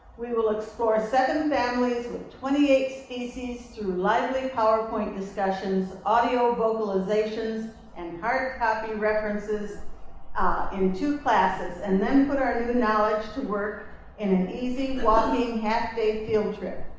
we will explore seven families with twenty eight species through lively powerpoint discussions, audio-vocalizations, and hard-copy references in two classes and then put our new knowledge to work in an easy walking half-day field trip.